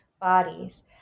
bodies